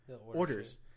orders